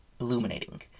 illuminating